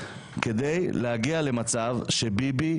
כדי להגיע למצב שביבי,